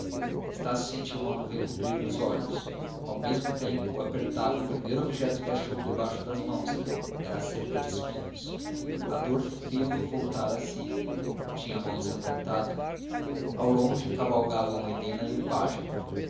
estácio sentiu uma nuvem cobrir lhe os olhos ao mesmo tempo apertava o primeiro objeto que achou debaixo das mãos era a cerca de espinhos a dor fê-lo voltar a si tinha a mão ensangüentada ao longe cavalgavam helena e o pajem